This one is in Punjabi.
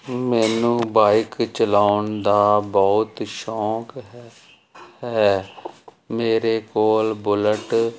ਮੈਨੂੰ ਬਾਈਕ ਚਲਾਉਣ ਦਾ ਬਹੁਤ ਸ਼ੌਂਕ ਹੈ ਮੇਰੇ ਕੋਲ ਬੁਲਟ